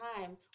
time